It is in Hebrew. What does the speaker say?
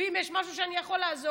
ואם יש משהו שאני יכול לעזור,